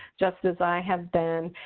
just as i have been.